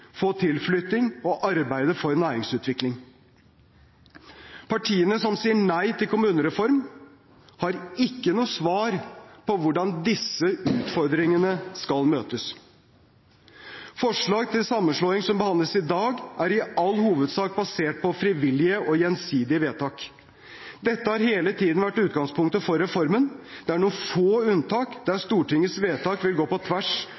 få tilflytting og arbeide for næringsutvikling. Partiene som sier nei til kommunereform, har ikke noe svar på hvordan disse utfordringene skal møtes. Forslagene til sammenslåinger som behandles i dag, er i all hovedsak basert på frivillige og gjensidige vedtak. Dette har hele tiden vært utgangspunktet for reformen. Det er noen få unntak, der Stortingets vedtak vil gå på tvers